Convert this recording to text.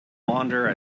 wander